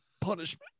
punishment